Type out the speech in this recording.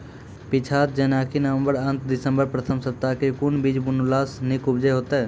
पीछात जेनाकि नवम्बर अंत आ दिसम्बर प्रथम सप्ताह मे कून बीज बुनलास नीक उपज हेते?